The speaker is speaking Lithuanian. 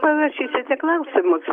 parašysite klausimus